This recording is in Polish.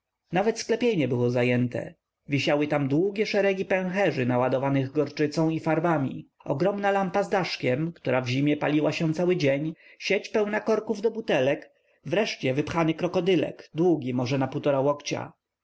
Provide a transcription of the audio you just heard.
nawet sklepienie było zajęte wisiały tam długie szeregi pęcherzy naładowanych gorczycą i farbami ogromna lampa z daszkiem która w zimie paliła się cały dzień sieć pełna korków do butelek wreszcie wypchany krokodylek długi może na półtora łokcia